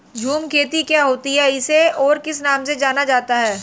झूम खेती क्या होती है इसे और किस नाम से जाना जाता है?